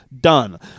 Done